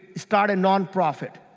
start a nonprofit.